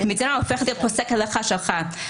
והמדינה הופכת להיות הפוסק הלכה שלך,